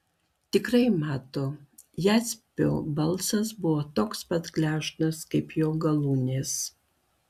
tikrai mato jaspio balsas buvo toks pat gležnas kaip jo galūnės